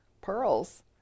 pearls